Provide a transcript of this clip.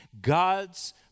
God's